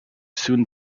soon